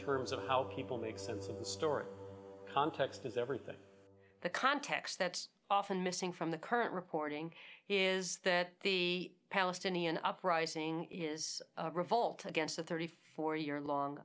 terms of how people make sense of the story context is everything the context that's often missing from the current reporting is that the palestinian uprising is a revolt against the thirty four year long